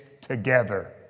together